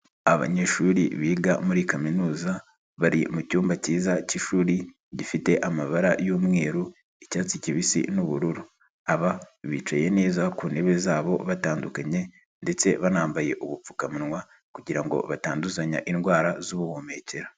Abanyeshuri biga muri kaminuza bari mucyumba cyiza cy'ishuri gifite amabara y'umweru, icyatsi kibisi, nu'ubururu, aba bicaye neza ku ntebe zabo batandukanye ndetse banambaye ubupfukamunwa kugirango batanduzan indwara z'ubuhumekero.